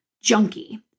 junkie